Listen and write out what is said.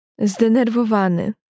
Zdenerwowany